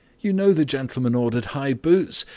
you know the gentleman ordered high boots,